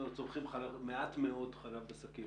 צורכים מעט מאוד חלב בשקיות.